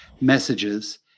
messages